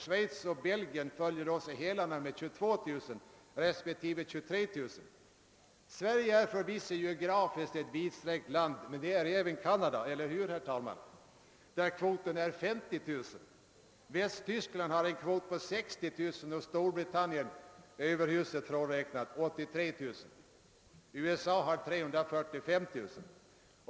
Schweiz och Belgien följer oss i hälarna med 22 000 respektive 23 000. Sverige är förvisso geografiskt ett vidsträckt land, men det är även Kanada, eller hur, herr talman? Där är kvoten 50 000. Västtyskland har en kvot på 98000 och Storbritannien — överhuset frånräknat — 83 000. USA har 345 000.